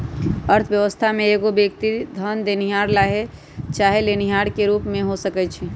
अर्थव्यवस्था में एगो व्यक्ति धन देनिहार चाहे लेनिहार के रूप में हो सकइ छइ